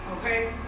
Okay